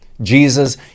Jesus